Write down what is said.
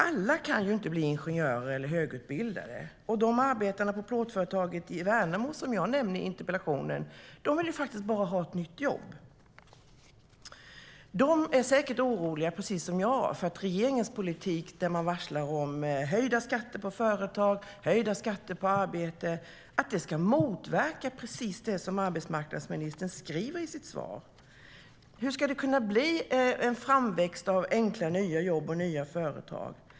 Alla kan inte bli ingenjörer och högutbildade. De arbetare på plåtföretaget i Värnamo som jag nämner i interpellationen vill faktiskt bara ha ett nytt jobb. Precis som jag är de säkert oroliga för att regeringens politik, där man varslar om höjda skatter på företag och höjda skatter på arbete, ska motverka precis det som arbetsmarknadsministern säger i sitt svar. Hur ska det kunna bli en framväxt av enkla och nya jobb och nya företag?